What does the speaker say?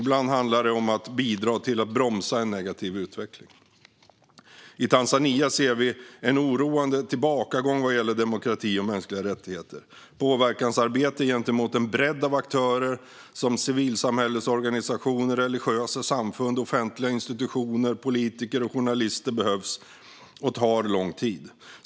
Ibland handlar det om att bidra till att bromsa en negativ utveckling. I Tanzania ser vi en oroande tillbakagång vad gäller demokrati och mänskliga rättigheter. Påverkansarbete gentemot en bredd av aktörer som civilsamhällesorganisationer, religiösa samfund, offentliga institutioner, politiker och journalister behövs och tar lång tid.